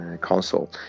console